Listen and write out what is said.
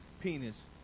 Penis